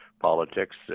politics